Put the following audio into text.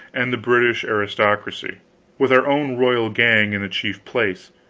and the british aristocracy with our own royal gang in the chief place,